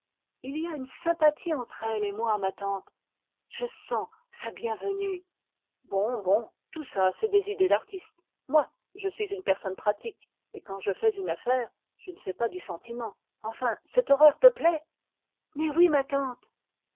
il y a une sympathie entre elle et moi ma tante je sens sa bienvenue bon bon tout ça c'est des idées d'artiste moi je suis une personne pratique et quand je fais une affaire je ne fais pas du sentiment enfin cette horreur te plaît mais oui ma tante